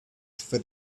for